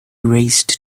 raised